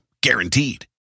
Guaranteed